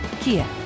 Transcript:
Kia